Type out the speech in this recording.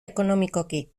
ekonomikoki